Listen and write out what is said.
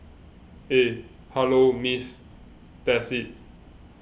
eh hello Miss that's it